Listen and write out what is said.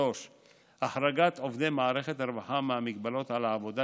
3. החרגת עובדי מערכת הרווחה מהגבלות על עבודה,